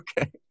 okay